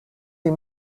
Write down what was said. les